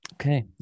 okay